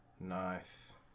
Nice